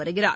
வருகிறார்